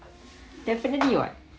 definitely what